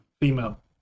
Female